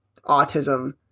autism